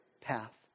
path